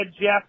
Jeff